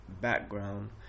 background